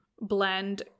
blend